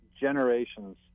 generations